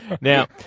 Now